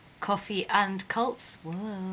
coffeeandcults